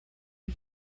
you